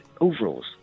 overalls